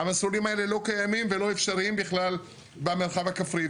המסלולים האלה לא קיימים ולא אפשריים בכלל במרחב הכפרי.